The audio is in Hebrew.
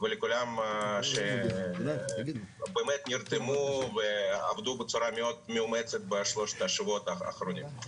ולכל מי שנרתם ועבד בצורה מאוד מאומצת בשלושת השבועות האחרונים.